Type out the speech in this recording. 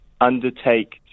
undertake